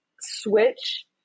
switch